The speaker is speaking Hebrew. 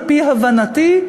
על-פי הבנתי,